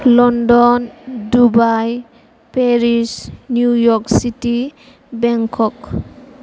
London Dubai Paris New York city Bangkok